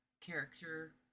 character